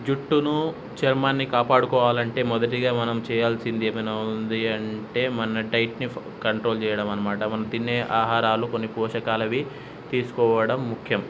జుట్టును చర్మాన్ని కాపాడుకోవాలంటే మొదటిగా మనం చేయాల్సింది ఏమైనా ఉంది అంటే మన డైట్ని కంట్రోల్ చేయడం అన్నమాట మనం తినే ఆహారాలు కొన్ని పోషకాలవి తీసుకోవడం ముఖ్యం